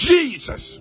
Jesus